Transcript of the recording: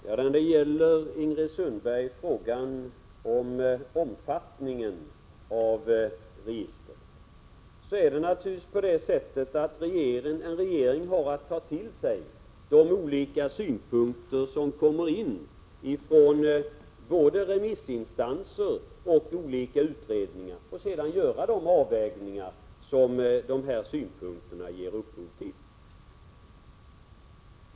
Herr talman! När det gäller Ingrid Sundbergs fråga om omfattningen av registret, vill jag säga att en regering naturligtvis har att ta till sig de olika synpunkter som kommer in från både remissinstanser och utredningar, och sedan göra de avvägningar som dessa synpunkter ger upphov till.